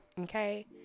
Okay